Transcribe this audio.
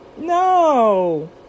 no